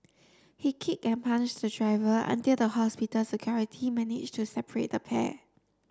he kick and punish the driver until the hospital security manage to separate the pair